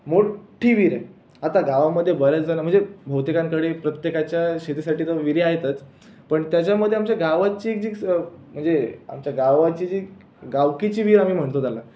मोठ्ठी विहीर आहे आता गावामध्ये बऱ्याच जणां म्हणजे बहुतेकांकडे प्रत्येकाच्या शेतीसाठी तर विहिरी आहेतच पण त्याच्यामध्ये आमच्या गावाची एक जी म्हणजे आमच्या गावाची जी गावकीची विहीर आम्ही म्हणतो त्यांना